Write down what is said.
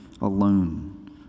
alone